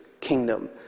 kingdom